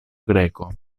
greco